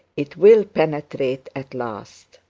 it will penetrate at last.